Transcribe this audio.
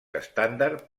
estàndard